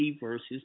versus